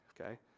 okay